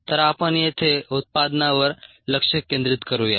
तर आपण येथे उत्पादनावर लक्ष केंद्रित करूया